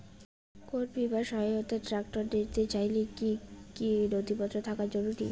কোন বিমার সহায়তায় ট্রাক্টর নিতে চাইলে কী কী নথিপত্র থাকা জরুরি?